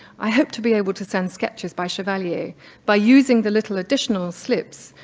i hope to be able to send sketches by chevalier by using the little additional slips,